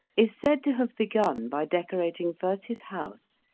is said to have begun by decorating first his house,